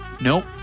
Nope